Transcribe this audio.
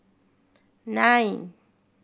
nine